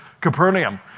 Capernaum